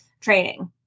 training